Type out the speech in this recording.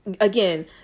again